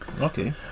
Okay